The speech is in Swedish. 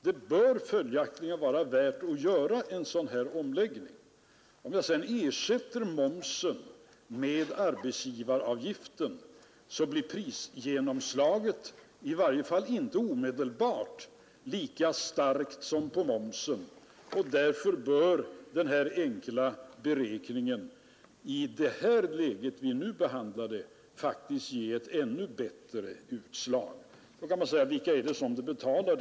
Det bör följaktligen vara värt att göra en sådan här omläggning. Om jag sedan ersätter momsen med arbetsgivaravgiften, så blir prisgenomslaget inte lika starkt — i varje fall inte omedelbart — och i det läget bör min enkla beräkning faktiskt ge ett ännu bättre utslag. Då kan man fråga: Vilka är det som betalar?